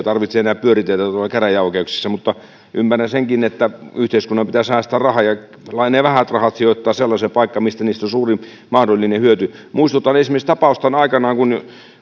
tarvitse enää pyöritellä käräjäoikeuksissa mutta ymmärrän senkin että yhteiskunnan pitää säästää rahaa ja ne vähät rahat sijoittaa sellaiseen paikkaan mistä niistä on suurin mahdollinen hyöty muistutan esimerkiksi siitä tapauksesta aikanaan kun